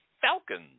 Falcons